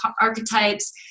archetypes